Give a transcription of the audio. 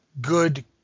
good